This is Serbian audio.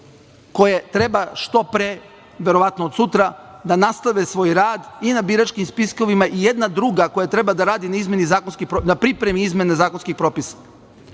koje treba što pre, verovatno od sutra, da nastave svoj rad i na biračkim spiskovima i jedna druga koja treba da radi na pripremi izmene zakonskih propisa. Budući,